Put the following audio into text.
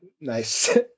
Nice